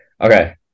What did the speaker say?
Okay